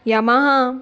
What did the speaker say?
Yamaha